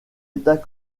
états